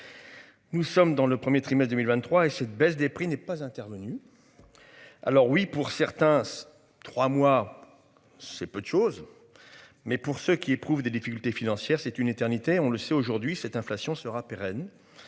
Nous sommes dans le 1er trimestres 2023 et cette baisse des prix n'est pas intervenue. Alors oui, pour certains ce trois mois. C'est peu de chose. Mais pour ceux qui éprouvent des difficultés financières, c'est une éternité, on le sait aujourd'hui, cette inflation sera pérenne.